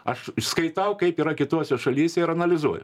aš išskaitau kaip yra kitose šalyse ir analizuoju